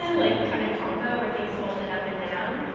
yeah like kind of combo, where things folded up and down.